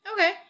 Okay